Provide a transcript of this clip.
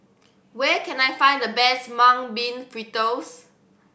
where can I find the best Mung Bean Fritters